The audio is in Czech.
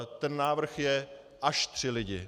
Ten návrh je až tři lidi.